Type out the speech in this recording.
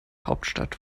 hauptstadt